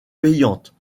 payante